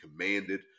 commanded